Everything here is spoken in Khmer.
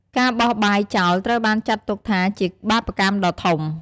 ការបោះបាយចោលត្រូវបានចាត់ទុកថាជាបាបកម្មដ៏ធំ។